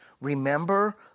Remember